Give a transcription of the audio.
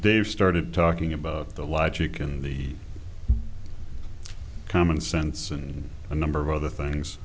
they've started talking about the logic in the common sense and a number of other things